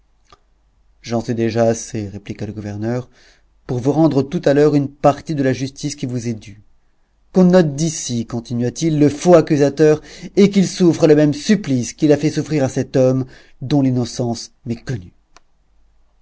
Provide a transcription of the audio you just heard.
sais déjà assez répliqua le gouverneur pour vous rendre tout à l'heure une partie de la justice qui vous est due qu'on ôte d'ici continuat il le faux accusateur et qu'il souffre le même supplice qu'il a fait souffrir à cet homme dont l'innocence m'est connue